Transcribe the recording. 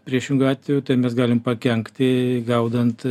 priešingu atveju tai mes galim pakenkti gaudant